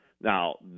Now